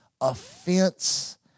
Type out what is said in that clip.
offense